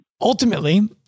Ultimately